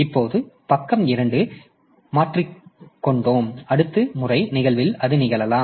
இப்போது இந்த பக்கம் 2 இப்போது மாற்றிக்கொண்டோம் அடுத்த முறை நிகழ்வில் அது நிகழலாம்